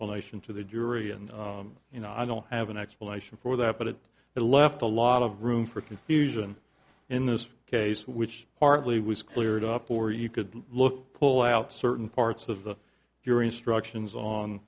nation to the jury and you know i don't have an explanation for that but it left a lot of room for confusion in this case which partly was cleared up or you could look pull out certain parts of the jury instructions on